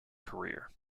career